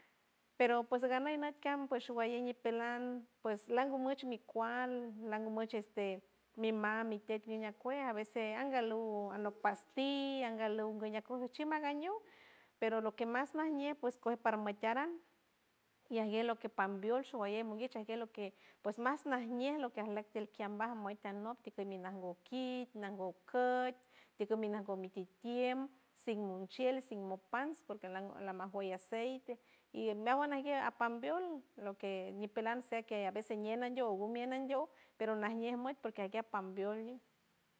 Pero pues gana inat ca pues shuwaye ñipeland pues langu muach mi cuald langu muach este mi ma mi tek niñacue a veces angaluk alok pastilla angalok guñacu chimangañu pero lo que mas mas ñe paramacaran y angue lo que pambiolt shuguaye munguitch aguet lo que pos mas najñe lo que alok tiel kiambalj amoit anok tuki lanbol kit nango coit ti gumi nango mi ti tiempo sin munchield sin mu pans porque lam lamojua la aceite y en meawa nanguey apambiold lo que ñipeland se que a veces ñielandiold gumie nandiold pero najñe moit porque aguer apambiold.